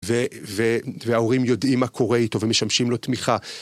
וההורים יודעים מה קורה איתו ומשמשים לו תמיכה.